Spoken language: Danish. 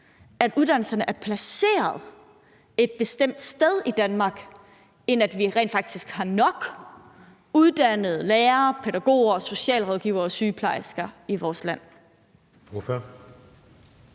at uddannelserne er placeret et bestemt sted i Danmark, end at vi rent faktisk har nok uddannede lærere, pædagoger, socialrådgivere og sygeplejersker i vores land.